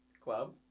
Club